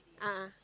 a'ah